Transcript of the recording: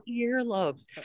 earlobes